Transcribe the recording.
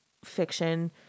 fiction